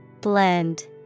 blend